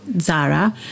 Zara